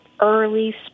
early